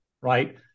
right